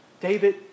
David